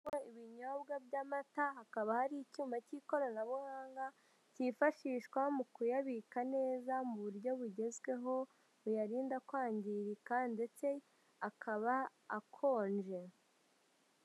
Harimo ibinyobwa by'amata hakaba hari icyuma cy'ikoranabuhanga cyifashishwa mu kuyabika neza mu buryo bugezweho buyarinda kwangirika ndetse akaba akonje.